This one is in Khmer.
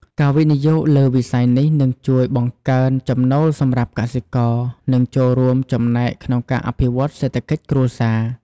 ការវិនិយោគលើវិស័យនេះនឹងជួយបង្កើនចំណូលសម្រាប់កសិករនិងចូលរួមចំណែកក្នុងការអភិវឌ្ឍសេដ្ឋកិច្ចគ្រួសារ។